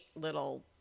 little